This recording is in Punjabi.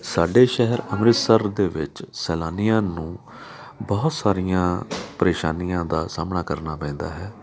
ਸਾਡੇ ਸ਼ਹਿਰ ਅੰਮ੍ਰਿਤਸਰ ਦੇ ਵਿੱਚ ਸੈਲਾਨੀਆਂ ਨੂੰ ਬਹੁਤ ਸਾਰੀਆਂ ਪਰੇਸ਼ਾਨੀਆਂ ਦਾ ਸਾਹਮਣਾ ਕਰਨਾ ਪੈਂਦਾ ਹੈ